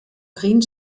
green